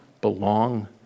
belong